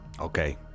Okay